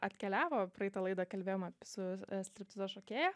atkeliavo praeitą laidą kalbėjom su striptizo šokėja